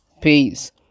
Peace